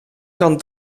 kan